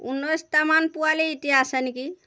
ঊনৈছটামান পোৱালি এতিয়া আছে নেকি